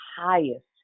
highest